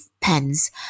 pens